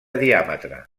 diàmetre